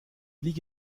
liege